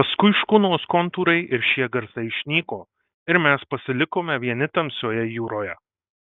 paskui škunos kontūrai ir šie garsai išnyko ir mes pasilikome vieni tamsioje jūroje